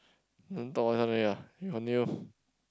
don't talk okay continue